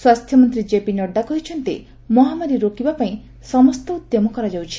ସ୍ୱାସ୍ଥ୍ୟମନ୍ତ୍ରୀ କେପି ନଡ୍ରା କହିଛନ୍ତି ମହାମାରୀ ରୋକିବା ପାଇଁ ସମସ୍ତ ଉଦ୍ୟମ କରାଯାଉଛି